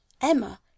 Emma